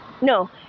No